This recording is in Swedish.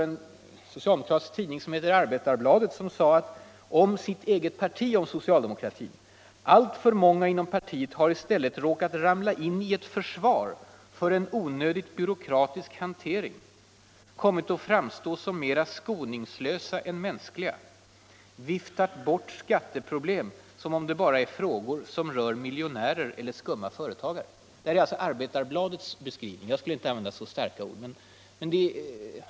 En socialdemokratisk tidning, som heter Arbetarbladet, har sagt om socialdemokratin, sitt eget parti: ”Alltför många har i stället råkat ramla in i ett försvar för en onödigt byråkratisk hantering, kommit att framstå som mera skoningslösa än mänskliga, viftat bort skatteproblem som om det bara är frågor som rör miljonärer eller skumma företagare.” Det är alltså Arbetarbladets beskrivning — jag skulle knappast använda så starka ord.